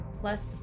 Plus